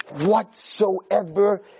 whatsoever